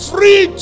Free